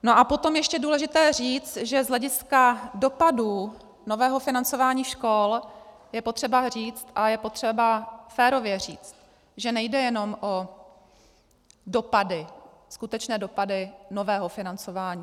No a potom je ještě důležité říct, že z hlediska dopadů nového financování škol je potřeba říct, a je potřeba férově říct, že nejde jenom o dopady, skutečné dopady nového financování.